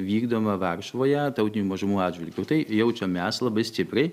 vykdoma varšuvoje tautinių mažumų atžvilgiu tai jaučiam mes labai stipriai